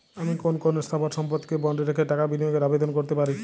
আমি কোন কোন স্থাবর সম্পত্তিকে বন্ডে রেখে টাকা বিনিয়োগের আবেদন করতে পারি?